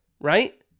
right